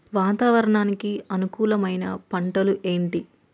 వాతావరణానికి అనుకూలమైన పంటలు ఏంటి?